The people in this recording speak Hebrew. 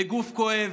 / בגוף כואב,